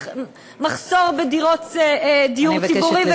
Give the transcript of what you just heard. מחסור בדיור ציבורי,